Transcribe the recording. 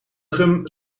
gum